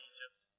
Egypt